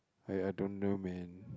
I I don't know man